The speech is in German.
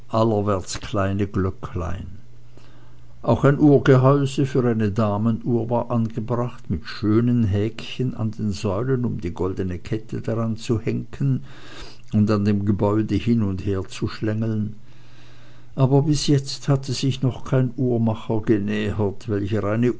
allwärts kleine glöcklein auch ein uhrgehäuse für eine damenuhr war angebracht mit schönen häkchen an den säulen um die goldene kette daran zu henken und an dem gebäude hin und her zu schlängeln aber bis jetzt hatte sich noch kein uhrenmacher genähert welcher eine